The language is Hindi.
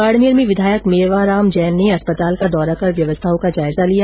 बाडमेर में विधायक मेवाराम जैन ने अस्पताल का दौरा कर व्यवस्थाओं का जायजा लिया